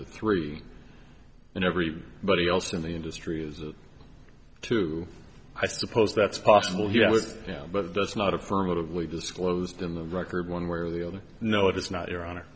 to three and everybody else in the industry is to i suppose that's possible he has yeah but that's not affirmatively disclosed in the record one way or the other no it's not your